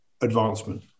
advancement